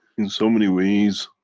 in so many ways,